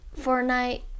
Fortnite